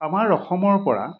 আমাৰ অসমৰ পৰা